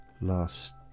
last